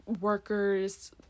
workers